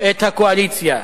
את הקואליציה.